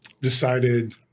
decided